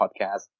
podcast